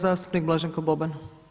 Zastupnik Blaženko Boban.